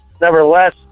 nevertheless